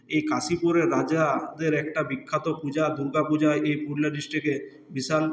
এই কাশীপুরের রাজাদের একটা বিখ্যাত পূজা দুর্গাপুজা এই পুরুলিয়া ডিস্ট্রিকে বিশাল